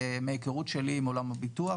מההיכרות שלי עם עולם הביטוח,